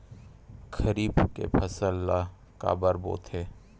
खरीफ के फसल ला काबर बोथे?